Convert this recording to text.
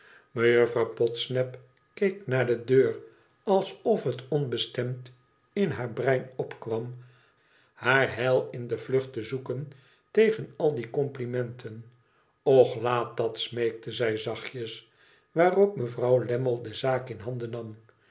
mejuffrouw fodsnap keek naar de deur alsof het onbestemd in haar brein opkwam haar heil in de vlucht te zoeken tegen al die complimenten och laat dat smeekte ij zachtjes waarop mevrouw lammie de zaak in handen nam